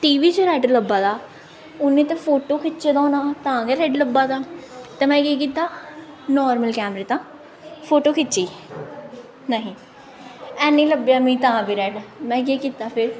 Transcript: T V च red लब्भा दा उ'नें ते फोटो खिच्चे दा होना तां गे रैड लब्भा दा ते में केह् कीता नार्मल कैमरे दा फोटो खिच्ची ते नहीं हैनी लब्भेआ मिगी तां बी रैड में केह् कीता फिर